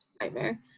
nightmare